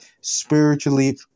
spiritually